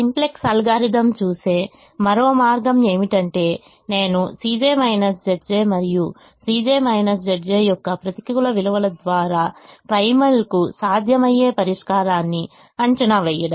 simplex algorithm చూసే మరో మార్గం ఏమిటంటే నేను మరియు యొక్క ప్రతికూల విలువల ద్వారా ప్రైమల్కు ప్రాథమిక సాధ్యమయ్యే పరిష్కారాన్ని అంచనా వేయడం